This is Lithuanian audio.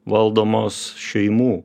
valdomos šeimų